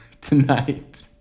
tonight